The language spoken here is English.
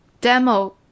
demo